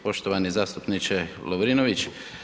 Poštovani zastupniče Lovrinović.